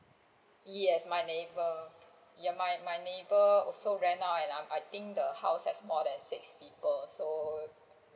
yes my neighbour ya my my neighbour also rent out and I'm I think also the house has more than six people so